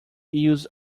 use